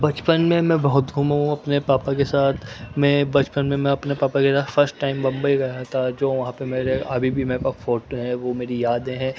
بچپن میں میں بہت گھوما ہوں اپنے پاپا کے ساتھ میں بچپن میں میں اپنے پاپا کے ساتھ فسٹ ٹائم ممبئی گیا تھا جو وہاں پہ میرے ابھی بھی میرے پاس فوٹو ہیں وہ میری یادیں ہیں